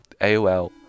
AOL